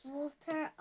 Walter